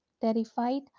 terrified